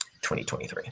2023